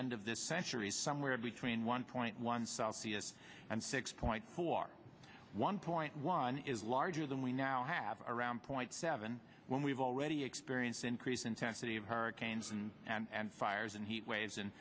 end of this century is somewhere between one point one celsius and six point four one point one is larger than we now have around point seven when we've already experienced increased intensity of hurricanes and and fires and heat waves and